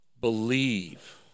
Believe